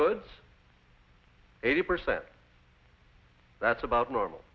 goods eighty percent that's about normal